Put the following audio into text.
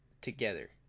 together